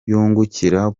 yungukira